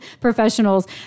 professionals